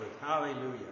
hallelujah